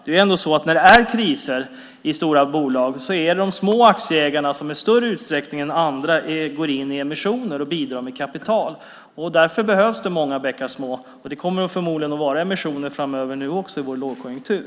När det är kriser i stora bolag är det nämligen de små aktieägarna som i större utsträckning än andra går in i emissioner och bidrar med kapital. Där behövs många bäckar små, och det kommer förmodligen att bli emissioner framöver i vår lågkonjunktur.